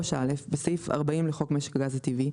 (3א)בסעיף 40 לחוק משק הגז הטבעי,